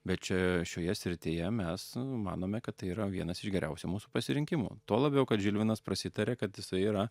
bet čia šioje srityje mes manome kad tai yra vienas iš geriausių mūsų pasirinkimų tuo labiau kad žilvinas prasitarė kad jisai yra